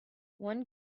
one